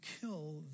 kill